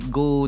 go